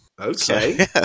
Okay